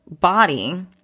body